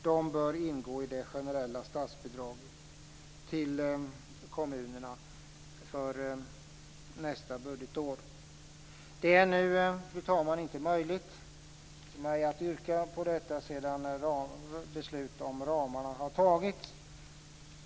De bör ingå i det generella statsbidraget till kommunerna för nästa budgetår. Det är nu inte möjligt, fru talman, för mig att göra ett yrkande om detta sedan beslut om ramarna har fattats.